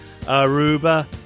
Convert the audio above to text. Aruba